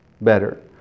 better